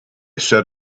set